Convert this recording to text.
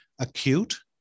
acute